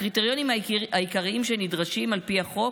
הקריטריונים העיקריים שנדרשים על פי החוק,